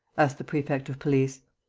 asked the prefect of police.